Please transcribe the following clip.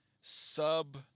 sub